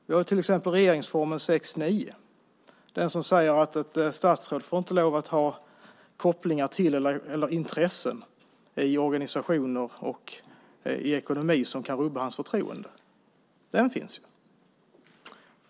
Vi har till exempel regeringsformen 6 kap. 9 §. Där framgår det att ett statsråd inte får lov att ha kopplingar till eller intressen i organisationer och i ekonomi som kan rubba förtroendet för honom.